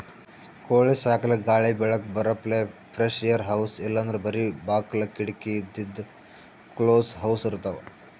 ಕೋಳಿ ಸಾಕಲಕ್ಕ್ ಗಾಳಿ ಬೆಳಕ್ ಬರಪ್ಲೆ ಫ್ರೆಶ್ಏರ್ ಹೌಸ್ ಇಲ್ಲಂದ್ರ್ ಬರಿ ಬಾಕ್ಲ್ ಕಿಡಕಿ ಇದ್ದಿದ್ ಕ್ಲೋಸ್ಡ್ ಹೌಸ್ ಇರ್ತವ್